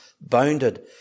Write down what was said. bounded